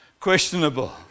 Questionable